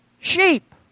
Sheep